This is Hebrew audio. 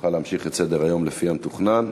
שנוכל להמשיך את סדר-היום לפי המתוכנן.